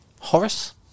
Horace